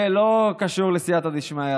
זה לא קשור לסייעתא דשמיא,